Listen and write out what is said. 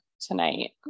tonight